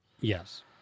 Yes